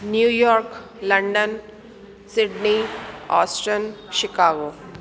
new York London Sydney ओस्ट्रन Chicago